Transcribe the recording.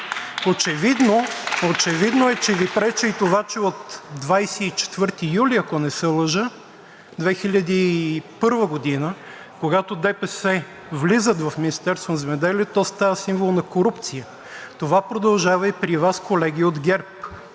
Очевидно е, че Ви пречи и това, че от 24 юли, ако не се лъжа 2001 г., когато ДПС влизат в Министерството на земеделието, то става символ на корупция. Това продължава и при Вас, колеги от ГЕРБ!